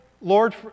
lord